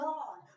God